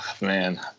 man